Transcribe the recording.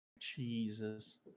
Jesus